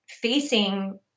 facing